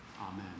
Amen